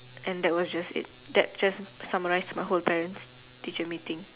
and that was just it that just summarized my whole parents teacher meeting